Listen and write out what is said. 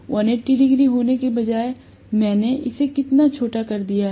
180 degree होने के बजाय मैंने इसे कितना छोटा कर दिया है